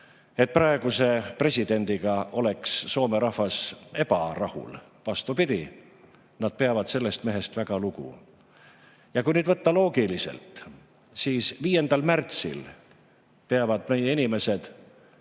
et praeguse presidendiga oleks Soome rahvas ebarahul. Vastupidi, nad peavad sellest mehest väga lugu. Kui nüüd võtta loogiliselt, siis 5. märtsil peavad meie inimesed